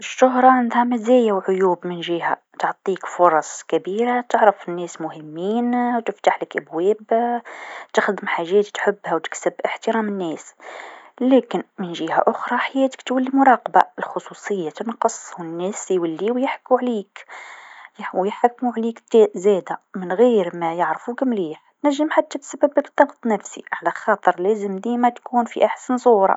الشهره عندها مزايا و عيوب، من جهه تعطيك فرص كبيره تعرف ناس مهمين و تفتحلك أبواب، تخدم حاجات تحبها و تكتسب إحترام الناس، لكن من جهه أخرى حياتك تولي مراقبه، الخصوصيه تنقص و الناس يوليو يحكو عليك و يحكمو عليك ت-زادا من غير ما يعرفوك مليح، تنجم حتى تسببلك ضغط نفسي على خاطر لازم ديما تكون في أحسن صوره.